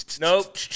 Nope